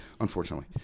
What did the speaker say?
Unfortunately